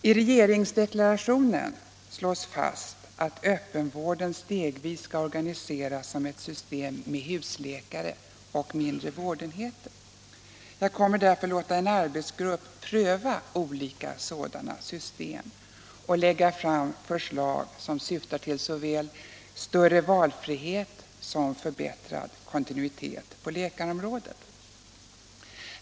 I regeringsdeklarationen slås fast att öppenvården stegvis skall organiseras som ett system med husläkare och mindre vårdenheter. Jag kommer därför att låta en arbetsgrupp pröva olika sådana system och lägga fram förslag som syftar till såväl större valfrihet som förbättrad kontinuitet inom den öppna vården.